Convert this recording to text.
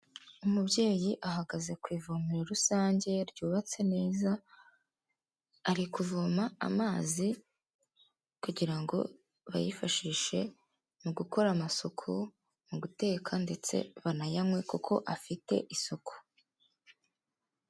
Umubyeyi ahagaze ku ivomero rusange ryubatse neza, ari kuvoma amazi kugira ngo bayifashishe mu gukora amasuku, mu guteka ndetse banayanywe kuko afite isuku.